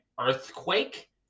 earthquake